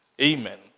Amen